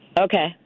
Okay